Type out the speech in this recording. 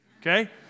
okay